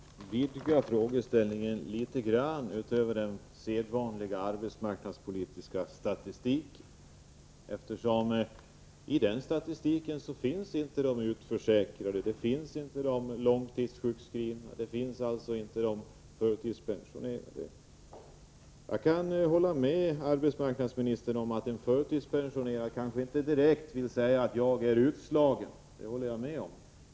Herr talman! Jag ställde frågan för att vidga frågeställningen litet grand utöver den sedvanliga arbetsmarknadspolitiska statistiken. I den statistiken finns inte de utförsäkrade, de långtidssjukskrivna och alltså inte heller de förtidspensionerade med. Jag kan hålla med arbetsmarknadsministern om att en förtidspensionerad kanske inte direkt vill säga att han är utslagen. Det håller jag med om.